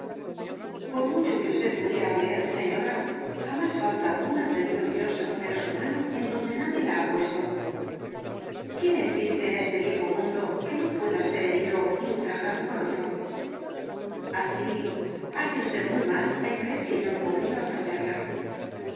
por mucho que usted pudiera valer señora jamás falta un atrevido que ose poner su mano en donde nadie la ha puesto quién existe en este viejo mundo que no pueda ser herido y ultrajado por otro así hace usted muy mal en creer que yo no podría ofenderla